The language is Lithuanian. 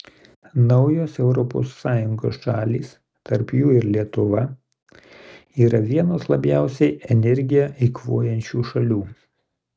naujos europos sąjungos šalys tarp jų ir lietuva yra vienos labiausiai energiją eikvojančių šalių